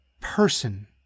person